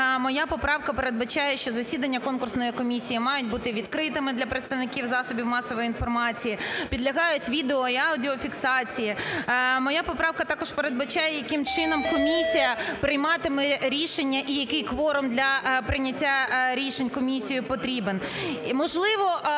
моя поправка передбачає, що засідання конкурсної комісії мають бути відкритими для представників засобів масової інформації, підлягають відео і аудіофіксації. Моя поправка також передбачає, яким чином комісія прийматиме рішення і який кворум для прийняття рішень комісією потрібен.